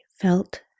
felt